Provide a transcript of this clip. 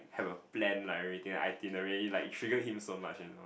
have a plan like everything like itinerary like trigger him so much you know